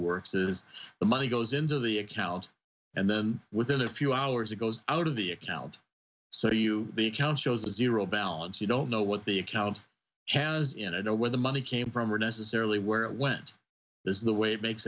work says the money goes into the account and then within a few hours ago out of the account so you the accounts shows a zero balance you don't know what the account has you know where the money came from or necessarily where it went this is the way it makes